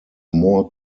more